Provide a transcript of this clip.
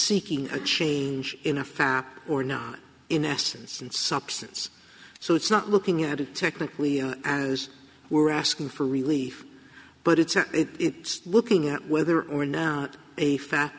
seeking a change in a fan or not in essence and substance so it's not looking at it technically as we're asking for relief but it's looking at whether or not a fa